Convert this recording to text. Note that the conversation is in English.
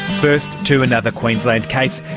first to another queensland case,